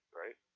right